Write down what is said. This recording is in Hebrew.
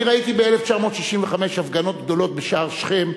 אני ראיתי ב-1965 הפגנות גדולות בשער שכם,